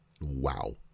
wow